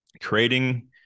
creating